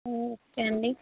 okay అండి